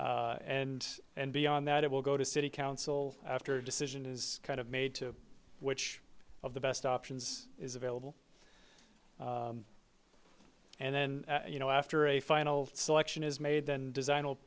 march and and beyond that it will go to city council after a decision is kind of made to which of the best options is available and then you know after a final selection is made then design will